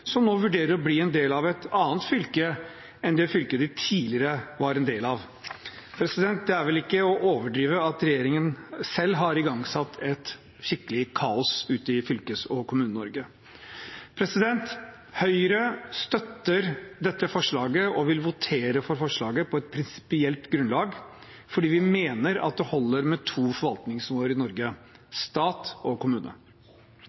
som nå vurderer å bli en del av et annet fylke enn det fylket de tidligere var en del av. Det er vel ikke å overdrive at regjeringen selv har satt i gang et skikkelig kaos ute i Fylkes- og Kommune-Norge. Høyre støtter dette forslaget og vil votere for forslaget på et prinsipielt grunnlag, fordi vi mener at det holder med to forvaltningsnivåer i